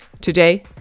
Today